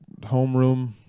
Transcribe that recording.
homeroom